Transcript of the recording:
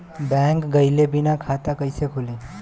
Bank गइले बिना खाता कईसे खुली?